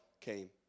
came